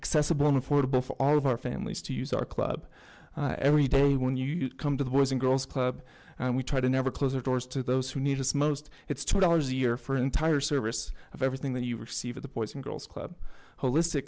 accessible and affordable for all of our families to use our club every day when you come to the boys and girls club and we try to never close or doors to those who need us most it's two dollars a year for entire service of everything that you receive at the boys and girls club holistic